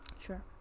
Sure